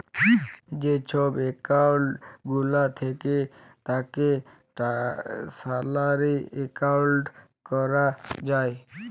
যে ছব একাউল্ট গুলা থ্যাকে তাকে স্যালারি একাউল্ট ক্যরা যায়